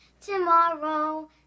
tomorrow